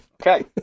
Okay